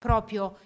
Proprio